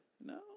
No